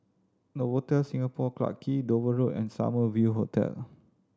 Novotel Singapore Clarke Quay Dover Road and Summer View Hotel